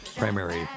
Primary